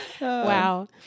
Wow